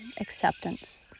acceptance